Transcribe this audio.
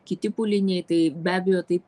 kiti pūliniai tai be abejo taip